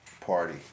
party